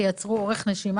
תייצרו אורך נשימה.